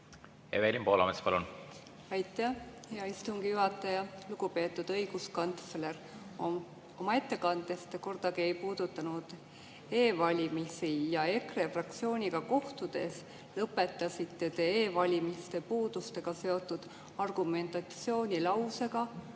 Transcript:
Evelin Poolamets, palun! Aitäh, hea istungi juhataja! Lugupeetud õiguskantsler! Oma ettekandes te kordagi ei puudutanud e‑valimisi. Ja EKRE fraktsiooniga kohtudes lõpetasite te e‑valimiste puudustega seotud argumentatsiooni lausega,